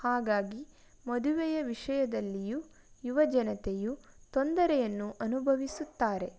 ಹಾಗಾಗಿ ಮದುವೆಯ ವಿಷಯದಲ್ಲಿಯೂ ಯುವ ಜನತೆಯು ತೊಂದರೆಯನ್ನು ಅನುಭವಿಸುತ್ತಾರೆ